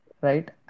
right